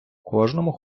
кожному